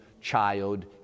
child